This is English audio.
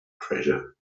treasure